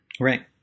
Right